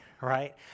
right